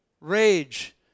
rage